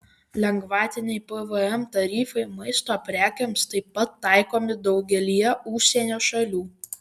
lengvatiniai pvm tarifai maisto prekėms taip pat taikomi daugelyje užsienio šalių